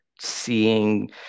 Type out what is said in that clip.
seeing